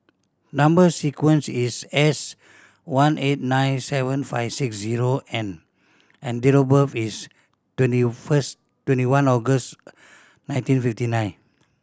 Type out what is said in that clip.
number sequence is S one eight nine seven five six zero N and date of birth is twenty first twenty one August nineteen fifty nine